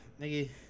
nigga